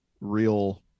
real